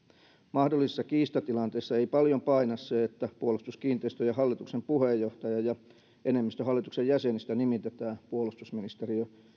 mahdollisessa kiistatilanteessa ei paljon paina se että puolustuskiinteistöjen hallituksen puheenjohtaja ja enemmistö hallituksen jäsenistä nimitetään puolustusministeriön